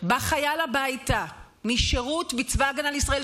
בא חייל הביתה משירות בצבא ההגנה לישראל,